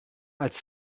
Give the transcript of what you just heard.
als